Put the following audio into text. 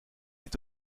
est